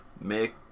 make